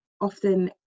often